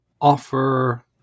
offer